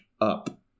up